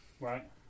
Right